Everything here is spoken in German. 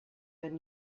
wenn